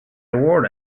award